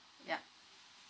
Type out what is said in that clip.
yup